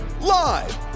live